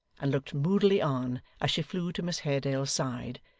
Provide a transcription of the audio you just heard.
and looked moodily on as she flew to miss haredale's side,